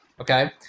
okay